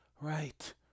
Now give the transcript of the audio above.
right